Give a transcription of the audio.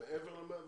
שמעבר ל-112,